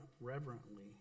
reverently